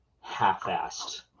half-assed